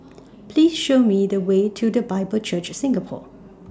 Please Show Me The Way to The Bible Church Singapore